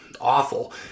awful